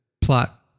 plot